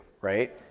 right